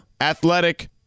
Athletic